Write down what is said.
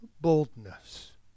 boldness